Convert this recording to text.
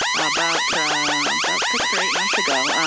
about six or eight months ago.